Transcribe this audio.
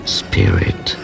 spirit